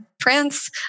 France